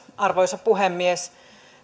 arvoisa puhemies